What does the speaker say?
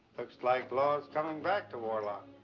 looks like law's coming back to warlock.